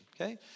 Okay